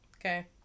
Okay